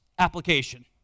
Application